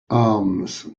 arms